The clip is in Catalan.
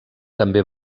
també